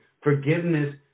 Forgiveness